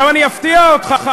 עכשיו אני אפתיע אותך.